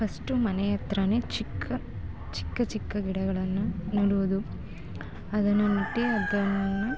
first ಮನೆ ಹತ್ರನೆ ಚಿಕ್ಕ ಚಿಕ್ಕ ಚಿಕ್ಕ ಗಿಡಗಳನ್ನು ನೆಡುವುದು ಅದನ್ನು ನೆಟ್ಟು ಅದನ್ನು